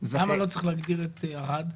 למה לא צריך להגדיר את ערד?